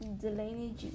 Delaney